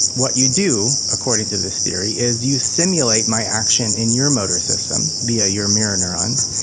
what you do, according to this theory, is you stimulate my action in your motor system, via your mirror neurons,